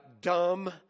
dumb